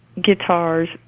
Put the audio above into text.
guitars